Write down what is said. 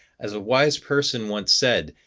as a wise person once said,